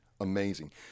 amazing